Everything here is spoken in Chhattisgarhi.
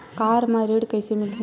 कार म ऋण कइसे मिलही?